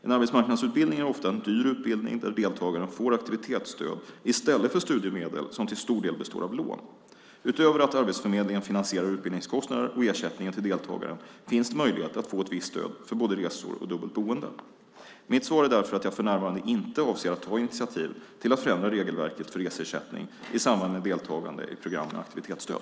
En arbetsmarknadsutbildning är ofta en dyr utbildning där deltagaren får aktivitetsstöd i stället för studiemedel som till stor del består av lån. Utöver att Arbetsförmedlingen finansierar utbildningskostnader och ersättningen till deltagaren finns möjlighet att få visst stöd för både resor och dubbelt boende. Mitt svar är därför att jag för närvarande inte avser att ta initiativ till att förändra regelverket för reseersättning i samband med deltagande i program med aktivitetsstöd.